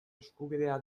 eskubidea